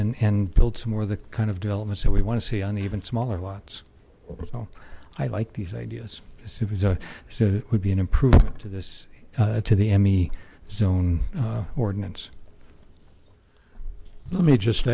and and build some more the kind of developments that we want to see on even smaller lots i like these ideas as soon as i said it would be an improvement to this to the emmy zone ordinance let me just